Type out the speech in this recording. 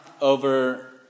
over